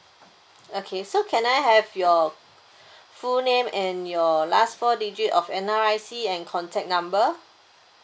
okay so can I have your full name and your last four digit of N_R_I_C and contact number